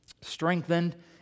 strengthened